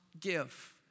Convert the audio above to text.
give